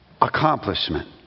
accomplishment